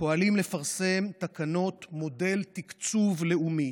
פועלים לפרסם תקנות מודל תקצוב לאומי,